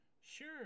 Sure